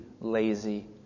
lazy